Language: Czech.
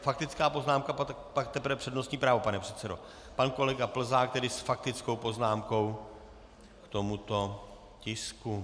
Faktická poznámka, pak teprve přednostní právo, pane předsedo Pan kolega Plzák tedy s faktickou poznámkou k tomuto tisku.